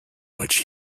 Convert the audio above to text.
which